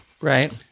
Right